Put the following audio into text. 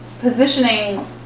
positioning